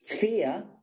fear